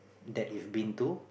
that you've been to